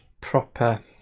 proper